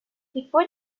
before